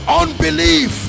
unbelief